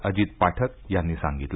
अजित पाठक यांनी सांगितलं